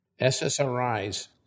SSRIs